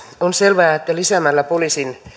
on selvää että lisäämällä poliisin